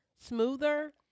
smoother